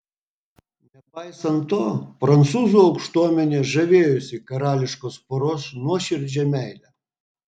nepaisant to prancūzų aukštuomenė žavėjosi karališkos poros nuoširdžia meile